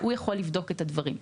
והוא יכול לבדוק את הדברים.